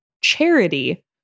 Charity